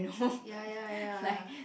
ya ya ya